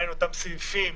מהם אותם סעיפים